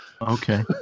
okay